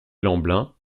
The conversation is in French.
lemblin